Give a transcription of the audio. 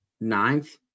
Ninth